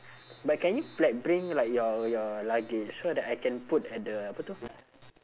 but can you like bring like your your luggage so that I can put at the apa tu